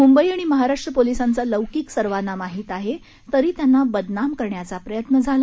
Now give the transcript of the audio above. मुंबई आणि महाराष्ट्र पोलिसांचा लौकिक सर्वांना माहिती आहे तरी त्यांना बदनाम करण्याचा प्रयत्न झाला